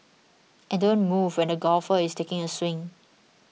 and don't move when the golfer is taking a swing